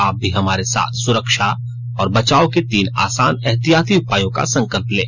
आप भी हमारे साथ सुरक्षा और बचाव के तीन आसान एहतियाती उपायों का संकल्प लें